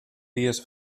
dies